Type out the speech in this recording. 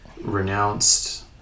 Renounced